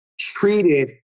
treated